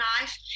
life